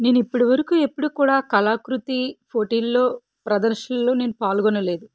నేనిప్పటివరకు ఎప్పుడూ కూడా కళాకృతి పోటీల్లో ప్రదర్శనలో నేను పాల్గొనలేదు